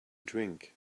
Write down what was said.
drink